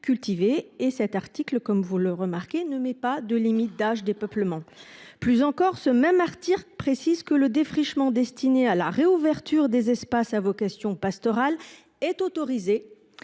forestier, vous le remarquerez, ne fixe pas de limite d’âge des peuplements. De surcroît, ce même article précise que « le défrichement destiné à la réouverture des espaces à vocation pastorale est autorisé